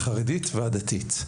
החרדית והדתית.